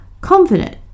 confident